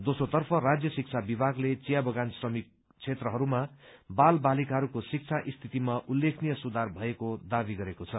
दोम्रोतर्फ राज्य शिक्षा विभागले चिया बगान क्षेत्रहरूमा बाल बालिकाहरूको शिक्षा स्थितिमा उल्लेखनीय सुधार भएको दावी गरेको छ